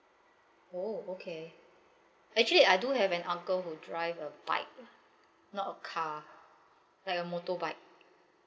oh okay actually I do have an uncle who drive a bike not a car like a motorbike